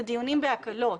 זה דיונים בהקלות.